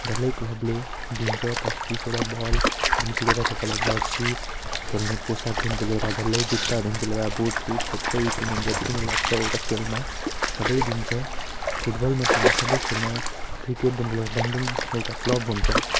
डल्लै क्लबले दिन्छ दस बिसवटा बलदेखिको लिएर तपाईँलाई जर्सी खेल्ने पोसाकदेखिको लिएर डल्लै जुत्तादेखिको लिएर बुटसुट सबै इक्विप्मेन्ट जति पनि लाग्छ एउटा खेलमा सबै दिन्छ फुटबल मात्रै होइन सबै खेलमा क्रिकेटदेखिको लिएर डाङडुङ एउटा क्लब हुन्छ